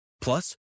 Plus